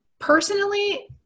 Personally